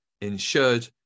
insured